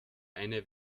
eine